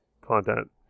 content